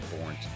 born